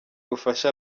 ubufasha